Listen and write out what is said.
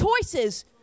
choices